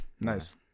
Nice